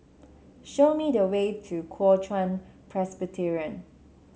show me the way to Kuo Chuan Presbyterian